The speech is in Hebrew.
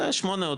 שמונה,